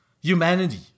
humanity